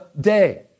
day